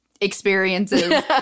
experiences